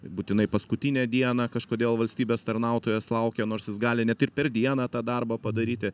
būtinai paskutinę dieną kažkodėl valstybės tarnautojas laukia nors jis gali net ir per dieną tą darbą padaryti